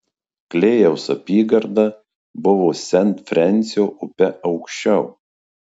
klėjaus apygarda buvo sent frensio upe aukščiau